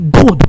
go